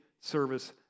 service